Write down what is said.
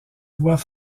voix